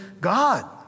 God